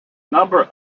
number